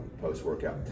post-workout